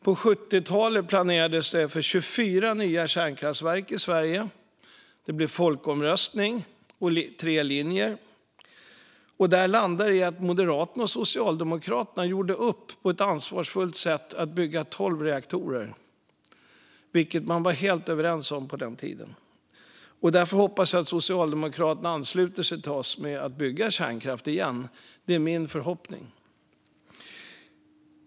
På 70-talet planerades det för 24 nya kärnkraftverk i Sverige. Det blev folkomröstning med tre linjer. Detta landade i att Moderaterna och Socialdemokraterna gjorde upp på ett ansvarsfullt sätt om att bygga tolv reaktorer, och det var de helt överens om. Därför är min förhoppning att Socialdemokraterna ansluter sig till oss för att bygga kärnkraft igen.